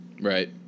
Right